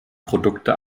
produkte